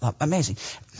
amazing